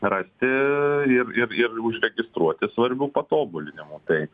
rasti ir ir ir užregistruoti svarbių patobulinimų tai